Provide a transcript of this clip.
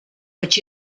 but